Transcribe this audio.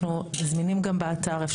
אנחנו זמינים גם באתר.